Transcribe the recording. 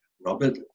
Robert